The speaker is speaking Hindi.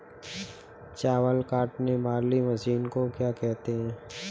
चावल काटने वाली मशीन को क्या कहते हैं?